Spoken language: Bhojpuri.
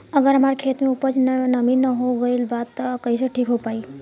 अगर हमार खेत में उपज में नमी न हो गइल बा त कइसे ठीक हो पाई?